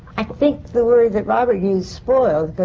i think the word that robert used, spoiled,